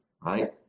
right